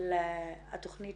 התכנית